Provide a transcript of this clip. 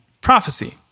prophecy